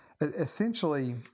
Essentially